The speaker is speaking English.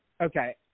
Okay